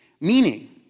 Meaning